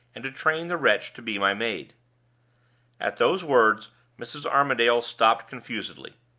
and to train the wretch to be my maid at those words mrs. armadale stopped confusedly.